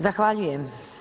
Zahvaljujem.